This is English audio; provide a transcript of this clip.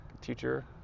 teacher